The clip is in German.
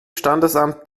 standesamt